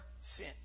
sin